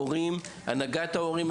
ההורים ואפילו הנהגת ההורים.